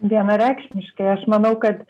vienareikšmiškai aš manau kad